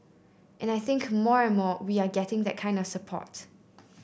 and I think more and more we are getting that kind of support